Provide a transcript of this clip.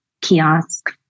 kiosk